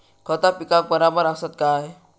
खता पिकाक बराबर आसत काय?